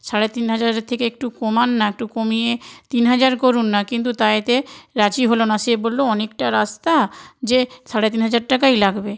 সাড়ে তিন হাজারের থেকে একটু কমান না একটু কমিয়ে তিন হাজার করুন না কিন্তু তাতে রাজি হলো না সে বলল অনেকটা রাস্তা যে সাড়ে তিন হাজার টাকাই লাগবে